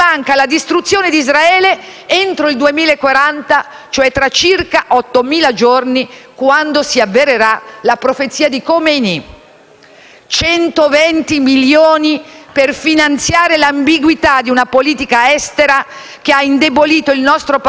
cioè tra circa 8.000 giorni, quando si avvererà la profezia di Khomeini. Si tratta di 120 milioni di euro per finanziare l'ambiguità di una politica estera che ha indebolito il nostro Paese nel contesto atlantico e occidentale.